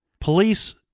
Police